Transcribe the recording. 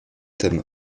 thèmes